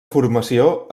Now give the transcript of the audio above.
formació